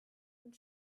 und